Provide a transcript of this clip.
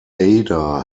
ada